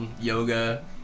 yoga